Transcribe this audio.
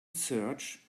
search